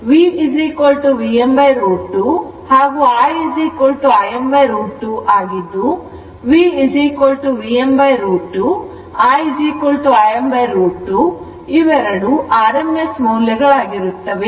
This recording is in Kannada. VVm√ 2 ಹಾಗೂ I Im√ 2 ಆಗಿದ್ದು V Vm√ 2 I Im√ 2 ಇವೆರಡೂ rms ಮೌಲ್ಯಗಳಾಗಿರುತ್ತವೆ